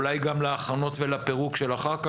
אולי גם להכנות ולפירוק של אחרי,